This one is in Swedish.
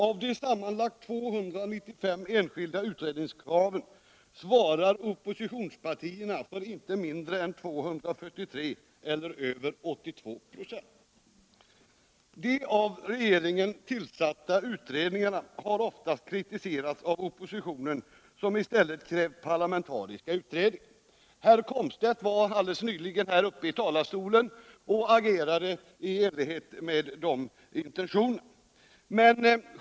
Av de sammanlagt 295 enskilda utredningskraven svarar oppositionspartierna för inte mindre än 243 eller över 82 96. De av regeringen tillsatta expertutredningarna har ofta kritiserats av oppositionen, som i stället krävt parlamentariska utredningar. Herr Komstedt stod nyss här i talarstolen och argumenterade i enlighet med de intentionerna.